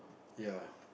ya